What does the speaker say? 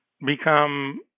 become